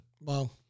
Wow